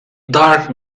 dark